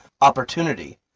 opportunity